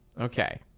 okay